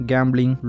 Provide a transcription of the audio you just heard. Gambling